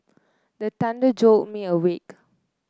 the thunder jolt me awake